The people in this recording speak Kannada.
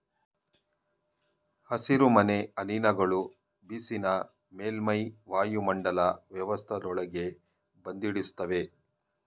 ಹಸಿರುಮನೆ ಅನಿಲಗಳು ಬಿಸಿನ ಮೇಲ್ಮೈ ವಾಯುಮಂಡಲ ವ್ಯವಸ್ಥೆಯೊಳಗೆ ಬಂಧಿಸಿಡ್ತವೆ